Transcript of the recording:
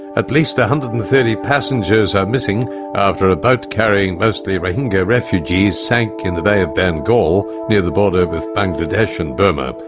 at least one hundred and thirty passengers are missing after a boat carrying mostly rohingya refugees sank in the bay of bengal near the border with bangladesh and burma.